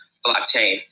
blockchain